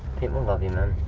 people love you man.